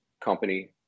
company